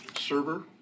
server